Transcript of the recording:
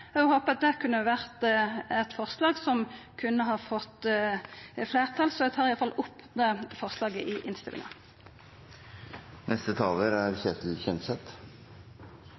Eg hadde håpa at det kunne ha vore eit forslag som kunne ha fått fleirtal. Eg tar opp det forslaget i innstillinga.